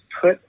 put